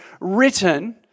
written